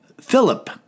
Philip